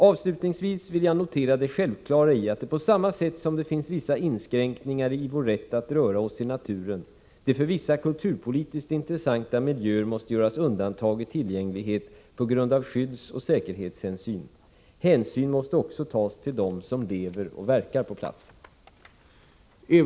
Avslutningsvis vill jag notera det självklara i att det, på samma sätt som det finns vissa inskränkningar i vår rätt att röra oss i naturen, för vissa kulturpolitiskt intressanta miljöer måste göras undantag i tillgänglighet på grund av skyddsoch säkerhetshänsyn. Hänsyn måste också tas till dem som lever och verkar på platsen.